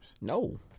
No